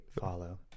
follow